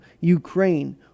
ukraine